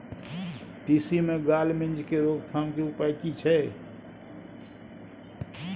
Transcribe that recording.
तिसी मे गाल मिज़ के रोकथाम के उपाय की छै?